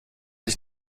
ich